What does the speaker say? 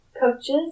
coaches